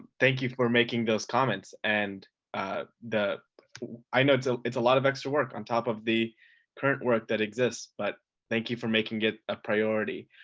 thank you for making those comments and the i know it's ah it's a lot of extra work on top of the current work that exists, but thank you for making it a priority.